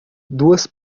duas